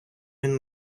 він